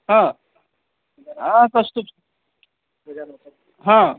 हा हा पोहोचतोच हा